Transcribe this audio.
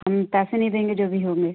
हम पैसे नहीं देंगे जो भी होंगे